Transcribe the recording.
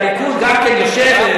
הליכוד גם כן יושב,